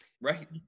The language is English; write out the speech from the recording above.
Right